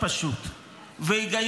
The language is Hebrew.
אני מבין.